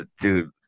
dude